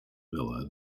villa